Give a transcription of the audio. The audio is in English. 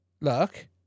look